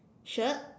shirt